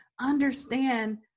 Understand